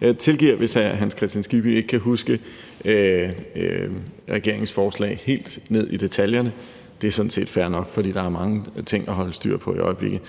Jeg tilgiver, hvis hr. Hans Kristian Skibby ikke kan huske regeringens forslag helt ned i detaljerne, det er sådan set fair nok, for der er mange ting at holde styr på i øjeblikket.